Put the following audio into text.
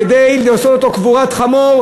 כדי לקבור אותו קבורת חמור,